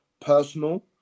personal